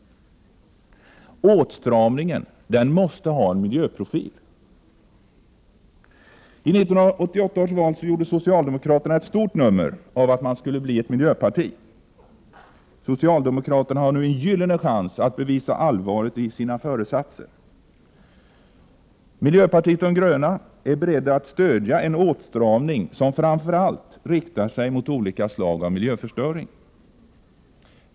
Åtstramningen måste ha en miljöprofil. I 1988 års val gjorde socialdemokraterna ett stort nummer av att man skulle bli ett miljöparti. Socialdemokraterna har nu en gyllene chans att bevisa allvaret i sina föresatser. Miljöpartiet de gröna är beredda att stödja en åtstramning, som framför allt riktar sig mot olika slag av miljöförstöring.